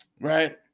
right